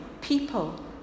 people